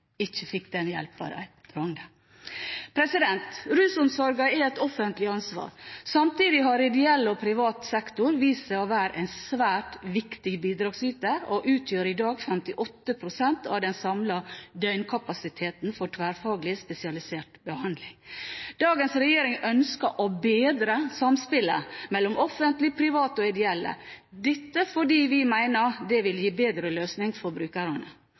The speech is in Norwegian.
ikke fikk den hjelpen de trengte. Rusomsorgen er et offentlig ansvar. Samtidig har ideell og privat sektor vist seg å være en svært viktig bidragsyter og utgjør i dag 58 pst. av den samlede døgnkapasiteten for tverrfaglig, spesialisert behandling. Dagens regjering ønsker å bedre samspillet mellom offentlige, private og ideelle – dette fordi vi mener det vil gi bedre løsninger for brukerne.